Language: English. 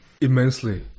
Immensely